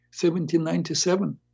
1797